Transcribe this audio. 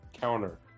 Counter